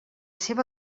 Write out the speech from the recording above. seva